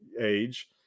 age